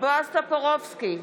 בועז טופורובסקי,